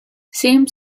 same